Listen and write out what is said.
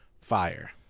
fire